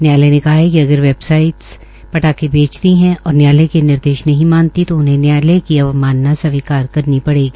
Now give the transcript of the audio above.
न्यायालय ने कहा हे कि अगर वेबसाइटस पटाखे बेचती है और न्यायालय के निर्देश नहीं मानती तो उनहें न्यायालय की अवमानना स्वीकार करनी पड़ेगी